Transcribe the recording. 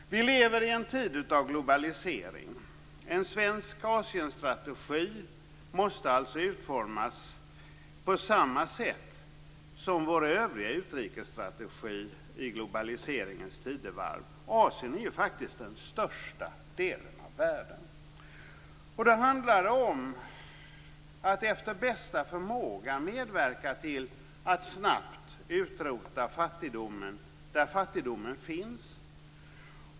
Vi lever i en tid av globalisering. En svensk Asienstrategi måste alltså utformas på samma sätt som vår övriga utrikesstrategi i globaliseringens tidevarv. Asien är ju faktiskt den största delen av världen. Det handlar om att efter bästa förmåga medverka till att snabbt utrota fattigdomen där fattigdomen finns.